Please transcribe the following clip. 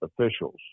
officials